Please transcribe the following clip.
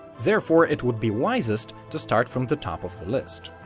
therefore, it would be wisest to start from the top of the list.